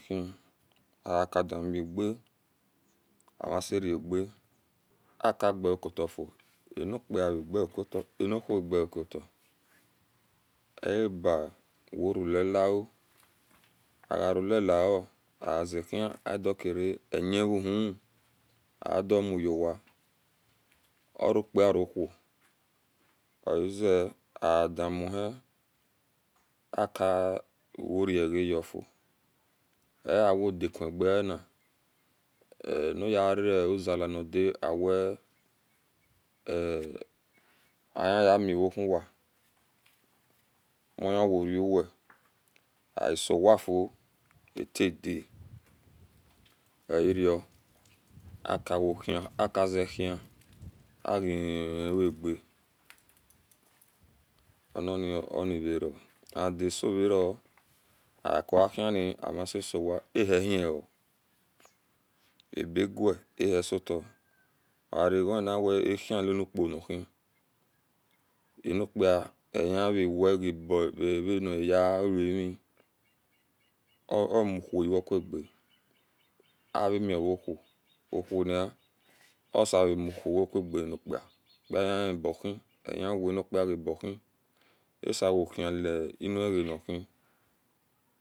Fin akadiamege amuserage akagekutafiuo ani okpi kpe kota anouhon evageokota oabaru lelio arulelio azehiea dukada eyan urun adomuyowa oro okpi kpa ori uhon oze adamuhien akawar gayofuo eawodaku dae niyeruzel inda awe ahieyemiuohwa mohie woruwe asowafao atada euro akohi akozehifio aganioga onivaor and asovo acoahini amasesowa ahehno abeguahsota ogirap ahin lokonhn ani okpi kpa ehinvwe vanivayewami o muuha yiwekuga avamivo uhon ouhon ni osevamuhua uhua uwekuqani okpi kpa okpi kpa hienbhi emiwamapa okpi kpa abohi asewohilun genihun